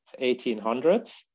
1800s